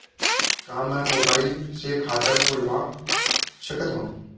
का मैं मोबाइल से खाता खोलवा सकथव?